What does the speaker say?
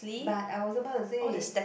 but I was about to say